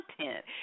content